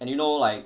and you know like